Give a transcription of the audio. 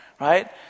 right